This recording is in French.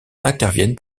interviennent